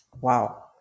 wow